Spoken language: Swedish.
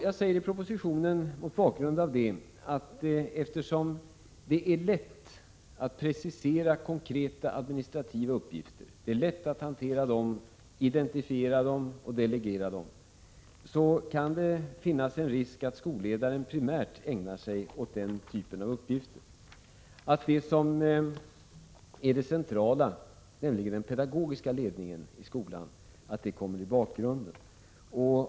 Mot bakgrund av detta säger jag i propositionen, att eftersom det är lätt att precisera konkreta administrativa uppgifter — det är lätt att hantera dem, identifiera dem och delegera dem —, kan det finnas en risk att skolledaren primärt ägnar sig åt denna typ av uppgifter och att det som är det centrala, nämligen den pedagogiska ledningen i skolan, kommer i bakgrunden.